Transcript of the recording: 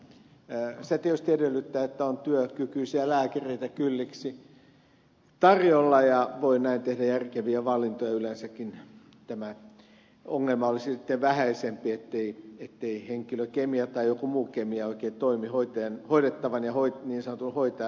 se tietysti edellyttää että on työkykyisiä lääkäreitä kylliksi tarjolla ja voi näin tehdä järkeviä valintoja yleensäkin tämä ongelma ettei henkilökemia tai jokin muu kemia oikein toimi hoidettavan ja niin sanotun hoitajan välillä olisi sitten vähäisempi